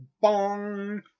bong